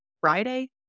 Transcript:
Friday